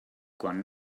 quan